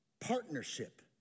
partnership